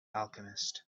alchemist